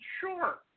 Sure